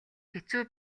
хэцүү